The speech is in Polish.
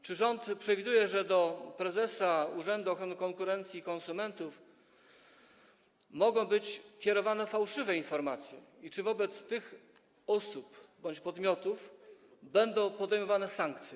Czy rząd przewiduje, że do prezesa Urzędu Ochrony Konkurencji i Konsumentów mogą być kierowane fałszywe informacje, i czy wobec tych osób bądź podmiotów będą stosowane sankcje?